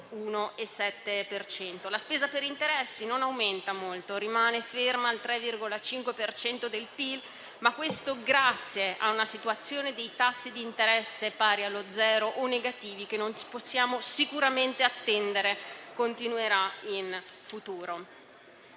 La spesa per interessi non aumenta molto, rimane ferma al 3,5 per cento del PIL, ma questo grazie a una situazione di tassi di interesse pari allo zero o negativi che non possiamo sicuramente attenderci che continui in futuro.